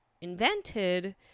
invented